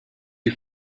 you